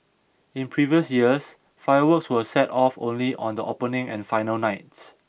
in previous years fireworks were set off only on the opening and final nights